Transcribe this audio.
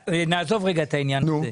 נעזוב רגע את העניין הזה.